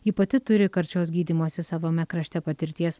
ji pati turi karčios gydymosi savame krašte patirties